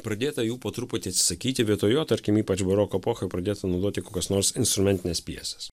pradėta jų po truputį atsisakyti vietoj jo tarkim ypač baroko epochoj pradėta naudoti kokios nors instrumentinės pjesės